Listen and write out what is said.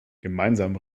gemeinsam